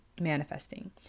manifesting